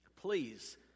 please